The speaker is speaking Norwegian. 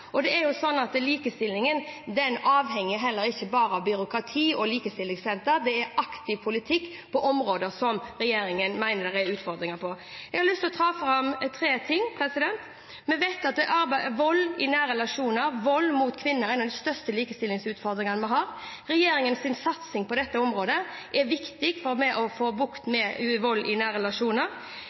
likestillingen avhenger ikke bare av byråkrati og likestillingssentre – det er aktiv politikk på områder regjeringen mener det er utfordringer på. Jeg har lyst til å ta fram tre ting. Vi vet at vold i nære relasjoner og vold mot kvinner er den største likestillingsutfordringen vi har. Regjeringens satsing på dette området er viktig for å få bukt med vold i